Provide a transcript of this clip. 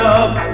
up